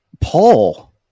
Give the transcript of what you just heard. Paul